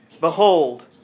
Behold